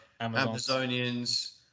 Amazonians